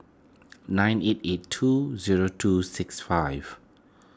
nine eight eight two zero two six five